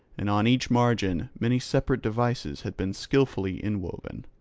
and on each margin many separate devices had been skilfully inwoven.